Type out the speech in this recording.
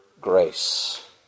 grace